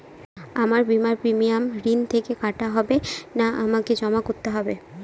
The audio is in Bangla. আমার বিমার প্রিমিয়াম ঋণ থেকে কাটা হবে না আমাকে জমা করতে হবে?